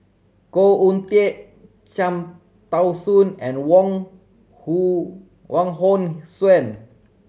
Khoo Oon Teik Cham Tao Soon and Wong Wong Hong Suen